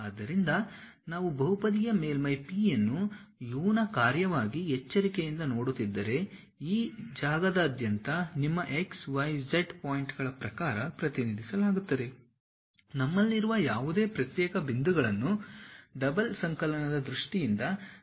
ಆದ್ದರಿಂದ ನಾವು ಬಹುಪದೀಯ ಮೇಲ್ಮೈ P ಯನ್ನು U ನ ಕಾರ್ಯವಾಗಿ ಎಚ್ಚರಿಕೆಯಿಂದ ನೋಡುತ್ತಿದ್ದರೆ ಈ ಜಾಗದಾದ್ಯಂತ ನಿಮ್ಮ x y z ಪಾಯಿಂಟ್ಗಳ ಪ್ರಕಾರ ಪ್ರತಿನಿಧಿಸಲಾಗುತ್ತದೆ ನಮ್ಮಲ್ಲಿರುವ ಯಾವುದೇ ಪ್ರತ್ಯೇಕ ಬಿಂದುಗಳನ್ನು ಡಬಲ್ ಸಂಕಲನದ ದೃಷ್ಟಿಯಿಂದ ವಿಸ್ತರಿಸಬಹುದು